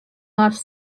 last